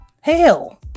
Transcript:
Hell